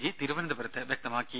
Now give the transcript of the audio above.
G തിരുവനന്തപുരത്ത് വ്യക്തമാക്കി